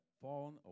fallen